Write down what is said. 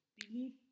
believe